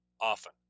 often